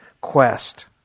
quest